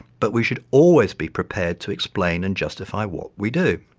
but we should always be prepared to explain and justify what we do.